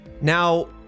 Now